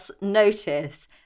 notice